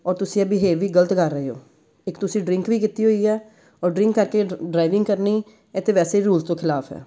ਔਰ ਤੁਸੀਂ ਇਹ ਬਿਹੇਵ ਵੀ ਗਲਤ ਕਰ ਰਹੇ ਹੋ ਇੱਕ ਤੁਸੀਂ ਡਰਿੰਕ ਵੀ ਕੀਤੀ ਹੋਈ ਹੈ ਔਰ ਡਰਿੰਕ ਕਰਕੇ ਡ ਡਰਾਈਵਿੰਗ ਕਰਨੀ ਇਹ ਤੇ ਵੈਸੇ ਰੂਲਸ ਤੋਂ ਖਿਲਾਫ਼ ਹੈ